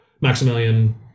Maximilian